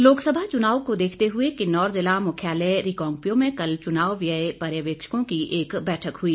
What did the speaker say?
पर्यवेक्षक बैठक लोकसभा चुनाव को देखते हुए किन्नौर जिला मुख्यालय रिकांगपिओ में कल चुनाव व्यय पर्यवेक्षकों की एक बैठक हुई